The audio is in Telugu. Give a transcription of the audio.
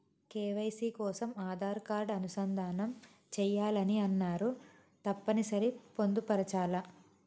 కే.వై.సీ కోసం ఆధార్ కార్డు అనుసంధానం చేయాలని అన్నరు తప్పని సరి పొందుపరచాలా?